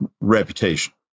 reputation